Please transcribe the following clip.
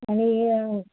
आणि